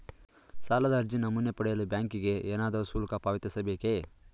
ಸಾಲದ ಅರ್ಜಿ ನಮೂನೆ ಪಡೆಯಲು ಬ್ಯಾಂಕಿಗೆ ಏನಾದರೂ ಶುಲ್ಕ ಪಾವತಿಸಬೇಕೇ?